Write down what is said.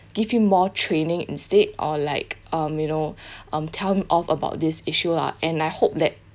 give him more training instead or like um you know um tell him of about this issue lah and I hope that